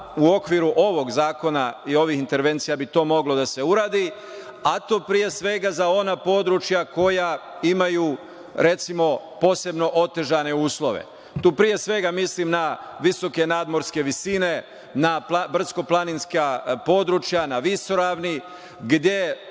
U okviru ovog zakona i ovih intervencija bi to moglo da se uradi, a to pre svega za ona područja koja imaju, recimo, posebno otežane uslove. Tu pre svega mislim na visoke nadmorske visine, na brdsko-planinska područja, na visoravni, gde